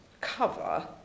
cover